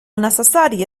necessari